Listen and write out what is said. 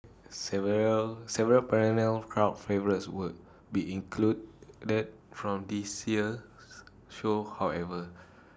several several perennial crowd favourites will be excluded the from this year's show however